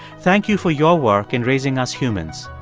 thank you for your work in raising us humans.